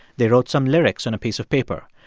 they wrote some lyrics on a piece of paper.